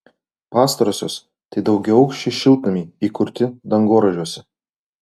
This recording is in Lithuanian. pastarosios tai daugiaaukščiai šiltnamiai įkurti dangoraižiuose